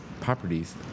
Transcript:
properties